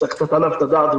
שצריך לתת עליו את הדעת,